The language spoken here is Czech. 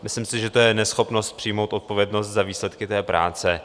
Myslím si, že to je neschopnost přijmout odpovědnost za výsledky té práce.